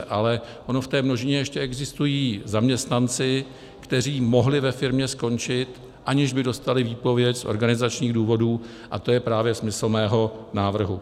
Ale oni v té množině ještě existují zaměstnanci, kteří mohli ve firmě skončit, aniž by dostali výpověď z organizačních důvodů, a to je právě smysl mého návrhu.